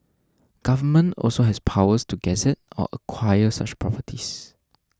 government also has powers to gazette or acquire such properties